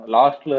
last